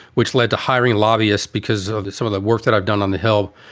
which led to hiring lobbyists because of some of the work that i've done on the hill.